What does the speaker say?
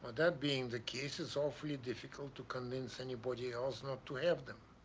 that being the case, it's awfully difficult to convince anybody else not to have them.